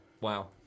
Wow